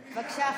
בבקשה,